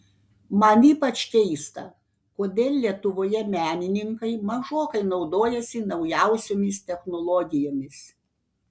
man ypač keista kodėl lietuvoje menininkai mažokai naudojasi naujausiomis technologijomis